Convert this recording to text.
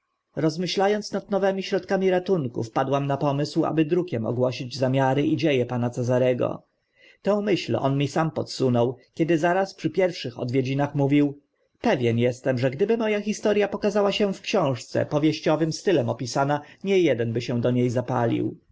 ąc nad nowymi środkami ratunku wpadłam na pomysł aby drukiem ogłosić zamiary i dzie e pana cezarego tę myśl on mi sam podsunął kiedy zaraz przy pierwszych odwiedzinach mówił pewien estem że gdyby mo a historia pokazała się w książce powieściowym stylem opisana nie eden by się do nie zapalił